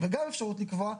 וגם אפשרות לקבוע,